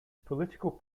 political